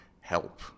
help